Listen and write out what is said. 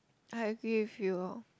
I agree with you